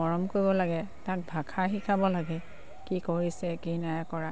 মৰম কৰিব লাগে তাক ভাষা শিকাব লাগে কি কৰিছে কি নাই কৰা